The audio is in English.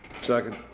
Second